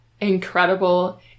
incredible